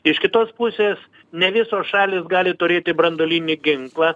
iš kitos pusės ne visos šalys gali turėti branduolinį ginklą